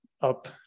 up